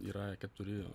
yra keturi